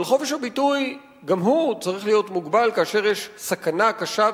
אבל גם חופש הביטוי צריך להיות מוגבל כאשר יש סכנה קשה,